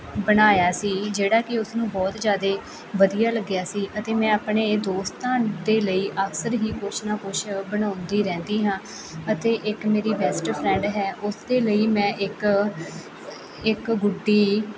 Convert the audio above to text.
ਬਣਾਇਆ ਸੀ ਜਿਹੜਾ ਕਿ ਉਸਨੂੰ ਬਹੁਤ ਜ਼ਿਆਦਾ ਵਧੀਆ ਲੱਗਿਆ ਸੀ ਅਤੇ ਮੈਂ ਆਪਣੇ ਦੋਸਤਾਂ ਦੇ ਲਈ ਅਕਸਰ ਹੀ ਕੁਛ ਨਾ ਕੁਛ ਬਣਾਉਂਦੀ ਰਹਿੰਦੀ ਹਾਂ ਅਤੇ ਇੱਕ ਮੇਰੀ ਬੈਸਟ ਫਰੈਂਡ ਹੈ ਉਸ ਦੇ ਲਈ ਮੈਂ ਇੱਕ ਇੱਕ ਗੁੱਡੀ